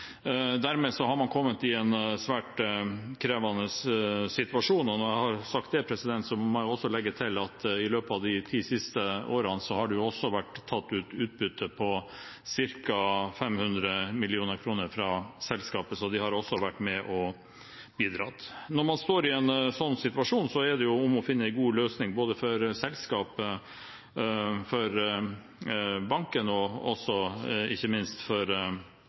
Dermed har man kommet i en svært krevende situasjon, og når jeg har sagt det, må jeg legge til at i løpet av de ti siste årene har det også vært tatt ut utbytte på ca. 500 mill. kr fra selskapet, så det har også vært med og bidratt. Når man står i en sånn situasjon, er det om å gjøre å finne en god løsning, både for selskapet, for banken og ikke minst for